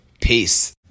Peace